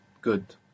Good